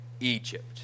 Egypt